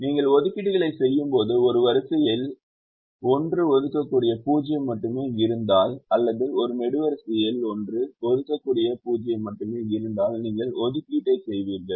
நீங்கள் ஒதுக்கீடுகளைச் செய்யும்போது ஒரு வரிசையில் 1 ஒதுக்கக்கூடிய 0 மட்டுமே இருந்தால் அல்லது ஒரு நெடுவரிசையில் 1 ஒதுக்கக்கூடிய 0 மட்டுமே இருந்தால் நீங்கள் ஒதுக்கீட்டை செய்வீர்கள்